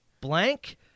blank